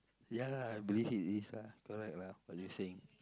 ya lah I believe it is lah correct lah what you saying